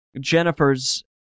Jennifer's